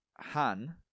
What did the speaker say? Han